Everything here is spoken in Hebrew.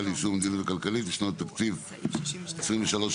ליישום המדיניות הכלכלית לשנות התקציב 2023 ו-2024),